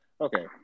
okay